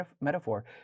metaphor